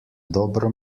dobro